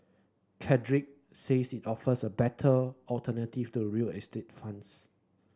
cadre says it offers a better alternative to real estate funds